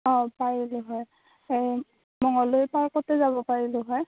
অ' পাৰিলোঁ হয় এই মঙগলদৈ পাৰ্কতে যাব পাৰিলোঁ হয়